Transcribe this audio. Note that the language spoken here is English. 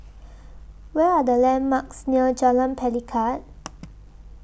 What Are The landmarks near Jalan Pelikat